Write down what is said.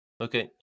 Okay